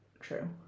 True